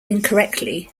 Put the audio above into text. incorrectly